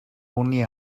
only